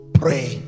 pray